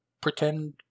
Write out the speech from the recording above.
pretend